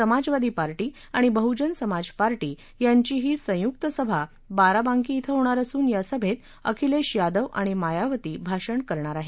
समाजवादी party आणि Bahujan Samaj party यांचीही संयुक्त सभा बाराबांकी कें होणार असून या सभेत अखिलेश यादव आणि मायावती भाषण करणार आहेत